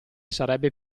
sarebbe